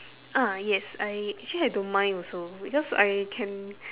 ah yes I actually I don't mind also because I can